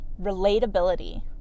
relatability